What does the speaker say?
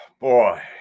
boy